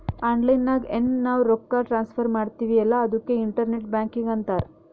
online ನಾಗ್ ಎನ್ ನಾವ್ ರೊಕ್ಕಾ ಟ್ರಾನ್ಸಫರ್ ಮಾಡ್ತಿವಿ ಅಲ್ಲಾ ಅದುಕ್ಕೆ ಇಂಟರ್ನೆಟ್ ಬ್ಯಾಂಕಿಂಗ್ ಅಂತಾರ್